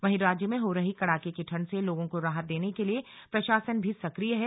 वहीं राज्य में हो रही कड़ाके की ठंड से लोगों को राहत देने के लिए प्रशासन भी सक्रिय है